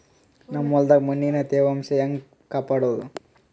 ನಮ್ ಹೊಲದಾಗ ಮಣ್ಣಿನ ತ್ಯಾವಾಂಶ ಹೆಂಗ ಕಾಪಾಡೋದು?